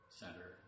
center